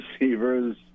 receivers